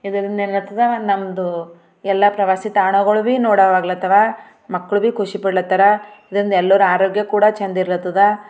ಇದರಿಂದೇನಾಗ್ತದ ನಮ್ದು ಎಲ್ಲ ಪ್ರವಾಸಿ ತಾಣಗಳು ಬಿ ನೋಡವಾಗ್ಲಾಗ್ತವ ಮಕ್ಕಳು ಬಿ ಖುಷಿ ಪಡ್ಲತ್ತಾರ ಇದರಿಂದ ಎಲ್ಲರ ಆರೋಗ್ಯ ಕೂಡ ಚೆಂದ ಇರ್ಲತ್ತದ